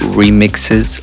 remixes